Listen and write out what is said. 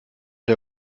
der